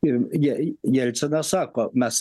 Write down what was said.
ir jie jelcinas sako mes